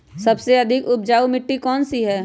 सबसे अधिक उपजाऊ मिट्टी कौन सी हैं?